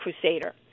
Crusader